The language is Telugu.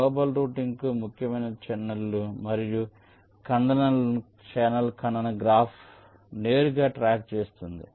గ్లోబల్ రౌటింగ్కు ముఖ్యమైన ఛానెల్లు మరియు ఖండనలను ఛానెల్ ఖండన గ్రాఫ్ నేరుగా ట్రాక్ చేస్తుంది